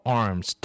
arms